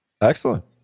Excellent